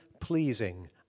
pleasing